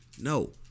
No